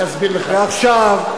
ועכשיו,